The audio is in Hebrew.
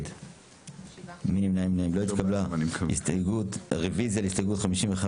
הרוויזיה על הסתייגות מספר 51?